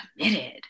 committed